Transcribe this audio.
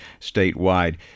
statewide